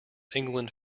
england